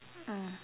mm